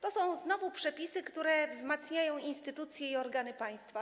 To są znowu przepisy, które wzmacniają instytucje i organy państwa.